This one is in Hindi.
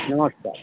नमस्कार